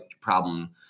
problem